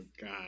God